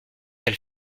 elle